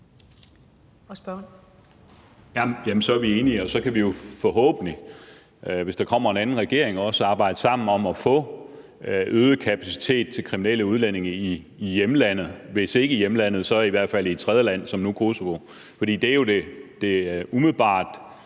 der kommer en anden regering, også arbejde sammen om at få øget kapaciteten til kriminelle udlændinge i hjemlandet, og hvis ikke i hjemlandet, så i hvert fald i et tredjeland som nu i Kosovo.